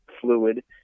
fluid